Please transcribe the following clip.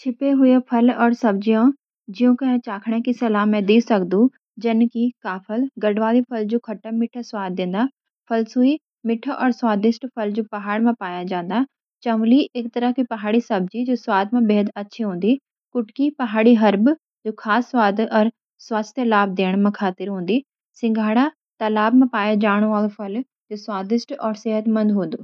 कुछ छिपे हुए फल अर सब्ज़ियाँ, जिनन को चखण की सलाह म दे सक्द: जन की काफल: गढ़वाली फल, जो खट्टा-मीठा स्वाद देंदा। फलसूई: मीठा और स्वादिष्ट फल, जो पहाड़ म पाया जात। चंवली: एक तरह की पहाड़ी सब्ज़ी, जो स्वाद म बेहद अच्छी हो दी। कुटकी: पहाड़ी हर्ब, जो खास स्वाद अर स्वास्थ्य लाभ दिण म खातिर हों दी। सिंघाड़ा: तालाब म पाय जाने वाला फल, जो स्वादिष्ट अर सेहतमंद हों दु।